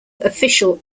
official